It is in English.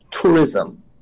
tourism